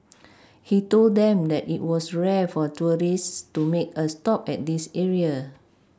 he told them that it was rare for tourists to make a stop at this area